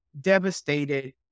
devastated